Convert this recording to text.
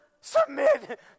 submit